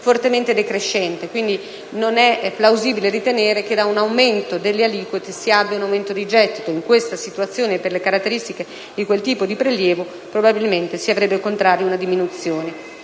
fortemente decrescente, per cui non è plausibile ritenere che, da un aumento delle aliquote, si abbia un aumento di gettito. In questa situazione, e per le caratteristiche di quel tipo di prelievo, probabilmente si avrebbe, al contrario, una diminuzione.